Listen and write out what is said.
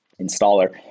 installer